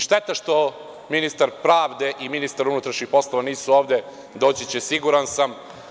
Šteta što ministar pravde i ministar unutrašnjih poslova nisu ovde, doći će siguran sam.